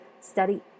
study